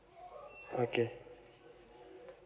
okay